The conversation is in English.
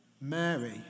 Mary